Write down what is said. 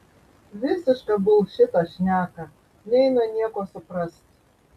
visišką bulšitą šneka neina nieko suprast